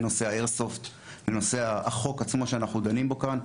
נושא האיירסופט ונושא החוק עצמו שאנחנו דנים בו כאן.